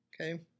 Okay